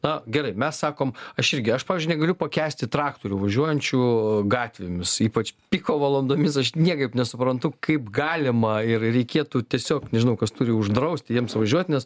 na gerai mes sakom aš irgi aš pavyzdžiui negaliu pakęsti traktorių važiuojančių gatvėmis ypač piko valandomis aš niekaip nesuprantu kaip galima ir reikėtų tiesiog nežinau kas turi uždrausti jiems važiuoti nes